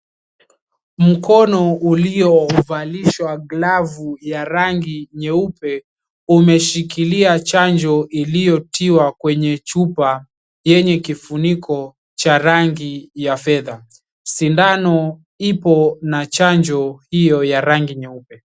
Mkono uliovalishwa glavu ya rangi nyeupe umeshikilia chanjo iliyotiwa kwenye chupa yenye kifuniko cha rangi ya fedha. Sindano ipo na chanjo hiyo ya rangi nyeupe.